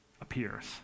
appears